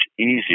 easier